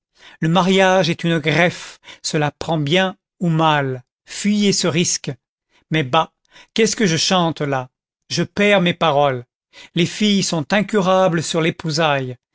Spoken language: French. le mariage est une greffe cela prend bien ou mal fuyez ce risque mais bah qu'est-ce que je chante là je perds mes paroles les filles sont incurables sur